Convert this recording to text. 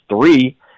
three